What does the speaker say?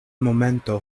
momento